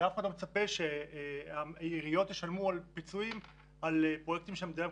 ואף אחד לא מצפה שהעיריות ישלמו פיצויים על פרויקטים שהמדינה מקדמת,